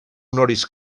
honoris